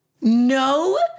No